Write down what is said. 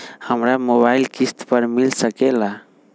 हमरा मोबाइल किस्त पर मिल सकेला?